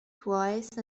twice